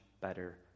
better